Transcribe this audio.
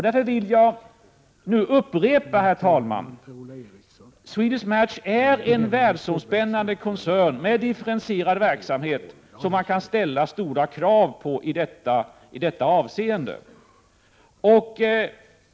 Därför vill jag nu, herr talman, upprepa att Swedish Match är en världsomspännande koncern med differentierad verksamhet som man kan ställa stora krav på i detta avseende.